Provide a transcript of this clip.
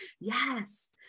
Yes